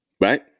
Right